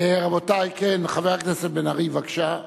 רבותי, חבר הכנסת בן-ארי, בבקשה.